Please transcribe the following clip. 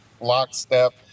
lockstep